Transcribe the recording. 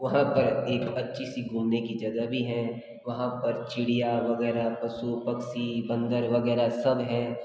वहाँ पर एक अच्छी सी घूमने की जगह भी है वहाँ पर चिड़िया वगैरह पशु पक्षी बंदर वगैरह सब हैं